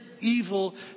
evil